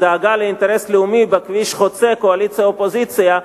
דאגה לאינטרס לאומי בכביש חוצה קואליציה אופוזיציה,